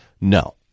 No